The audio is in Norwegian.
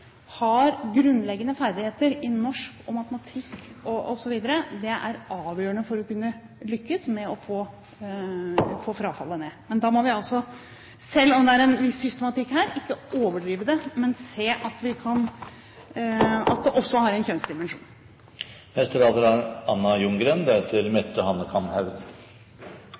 ha grunnleggende ferdigheter i norsk, matematikk osv., er avgjørende for å kunne lykkes med å få frafallet ned. Men da må vi altså, selv om det er en viss systematikk her, ikke overdrive det, men se at det også har en